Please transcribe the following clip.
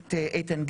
הכנסת איתן גינזבורג,